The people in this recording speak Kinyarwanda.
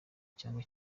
cyangwa